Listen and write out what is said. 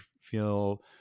feel